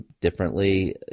differently